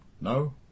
No